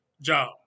job